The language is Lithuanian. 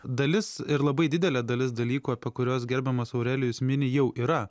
dalis ir labai didelė dalis dalykų apie kuriuos gerbiamas aurelijus mini jau yra